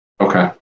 Okay